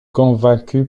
convaincue